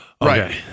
Right